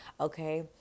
Okay